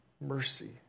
mercy